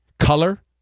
color